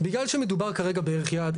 בגלל שמדובר כרגע בערך יעד,